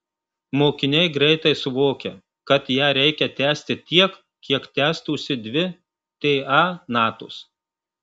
mokiniai greitai suvokia kad ją reikia tęsti tiek kiek tęstųsi dvi ta natos